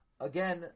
Again